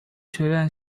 学院